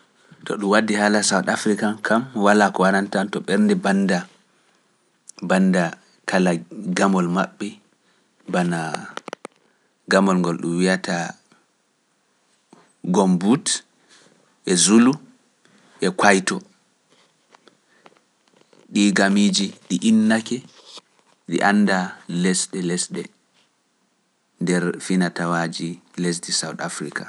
To ɗum waddi haala Sawt Afrika kam, walaa ko waranta tan to ɓernde banda, banda kala gamol maɓɓe, bana gamol ngol ɗum wiyata Gombut e Zulu e Kayto, ɗi gamiiji ɗi innake, ɗi anda lesde lesde nder finatawaji lesdi Sawt Afrika.